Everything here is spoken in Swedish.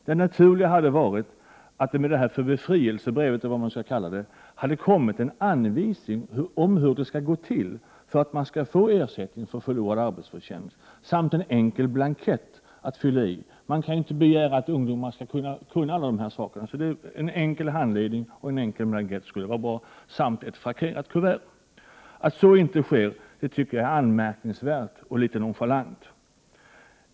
Det naturliga hade varit att det med ”befrielsebrevet” hade kommit anvisningar om hur man skall få ersättning för förlorad arbetsförtjänst samt en enkel blankett att fylla i. Man kan inte begära att ungdomar skall kunna dessa saker. En enkel handledning och en blankett jämte ett frankerat kuvert skulle vara bra. Att det inte går till så tycker jag är anmärkningsvärt och litet nonchalant.